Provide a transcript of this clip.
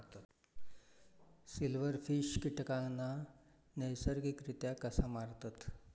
Silverfish कीटकांना नैसर्गिकरित्या कसा मारतत?